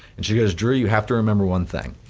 and she goes drew, you have to remember one thing.